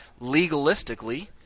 legalistically